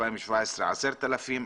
ב-2017 10,000,